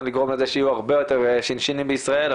לגרום לכך שיהיו הרבה יותר שינשי"נים בישראל,